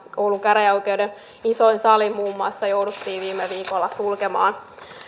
oulun käräjäoikeuden isoin sali muun muassa jouduttiin viime viikolla sulkemaan